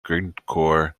grindcore